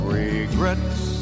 regrets